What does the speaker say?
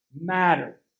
matter